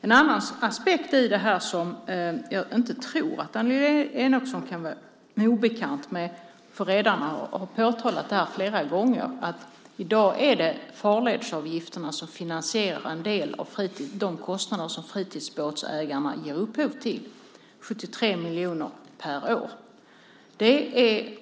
En annan aspekt i det här sammanhanget, som jag inte tror att Annelie Enochson är obekant med eftersom redarna flera gånger har påtalat detta, är att det i dag är farledsavgifterna som finansierar en del av de kostnader som fritidsbåtsägarna ger upphov till - 73 miljoner per år.